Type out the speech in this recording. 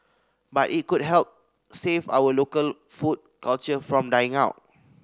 but it could help save our local food culture from dying out